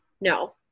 no